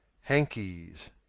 Hankies